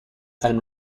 and